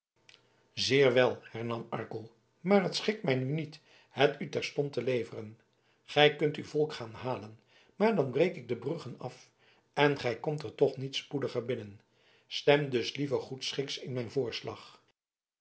zeer wel hernam arkel maar het schikt mij nu niet het u terstond te leveren gij kunt uw volk gaan halen maar dan breek ik de bruggen af en gij komt er toch niet spoediger binnen stem dus liever goedschiks in mijn